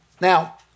Now